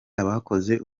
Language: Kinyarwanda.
abakoze